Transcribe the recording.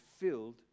filled